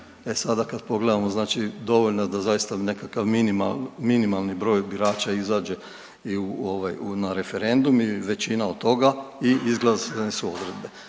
e sada kad pogledamo dovoljno je da zaista nekakav minimalan broj birača izađe i na referendum i većina od toga i izglasane su odredbe.